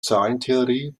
zahlentheorie